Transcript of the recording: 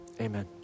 amen